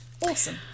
Awesome